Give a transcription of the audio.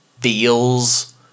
feels